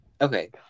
Okay